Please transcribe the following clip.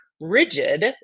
rigid